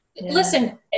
listen